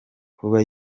kuba